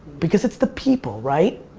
because it's the people, right?